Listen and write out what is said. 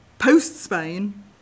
Post-Spain